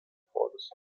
policy